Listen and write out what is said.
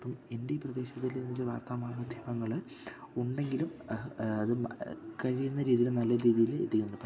അപ്പം എൻ്റെ ഈ പ്രദേശത്തിൽ എന്ന് വച്ചാൽ വാർത്താമാധ്യമങ്ങൾ ഉണ്ടെങ്കിലും അത് കഴിയുന്ന രീതിയിൽ നല്ല രീതിയിൽ എത്തിക്കുന്നു പക്ഷേ എന്നാലും